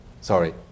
sorry